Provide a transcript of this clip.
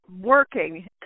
working